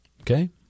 Okay